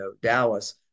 Dallas